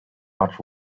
much